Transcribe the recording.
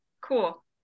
cool